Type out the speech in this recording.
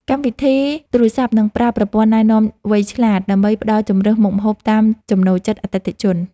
កម្មវិធីទូរសព្ទនឹងប្រើប្រព័ន្ធណែនាំវៃឆ្លាត ដើម្បីផ្ដល់ជម្រើសមុខម្ហូបតាមចំណូលចិត្តអតិថិជន។